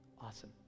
Awesome